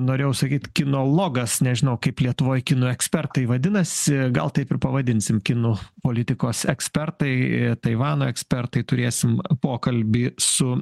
norėjau sakyt kinologas nežinau kaip lietuvoj kinų ekspertai vadinasi gal taip ir pavadinsim kinų politikos ekspertai taivano ekspertai turėsim pokalbį su